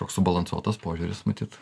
toks subalansuotas požiūris matyt